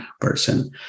person